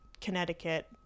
Connecticut